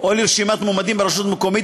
או לרשימת מועמדים ברשות מקומית,